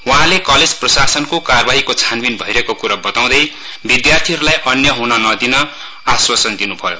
वहाँले कलेज प्रशासनको कारबाहीको छानबिन भइरहेको क्रा बताउँदै विद्यार्थीहरुलाई अन्याय ह्न नदिने आश्वासन दिनुभयो